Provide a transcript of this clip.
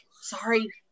sorry